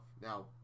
now